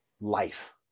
life